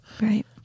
Right